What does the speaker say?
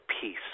peace